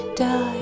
die